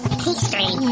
pastry